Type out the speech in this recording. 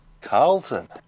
Carlton